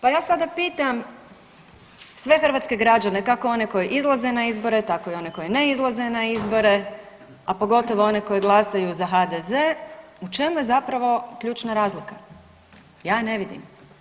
Pa ja sada pitam sve hrvatske građane kako one koji izlaze na izbore, tako i one koji ne izlaze na izbore, a pogotovo one koji glasaju za HDZ, u čemu je zapravo ključna razlika, ja je ne vidim.